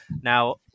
Now